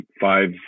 five